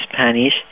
Spanish